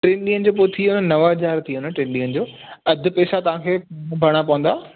टिनि ॾींहनि जो पोइ थी वेंदो नव हज़ार थी वेंदो टिनि ॾींहनि जो अधि पैसा तव्हांखे भरिणा पवंदा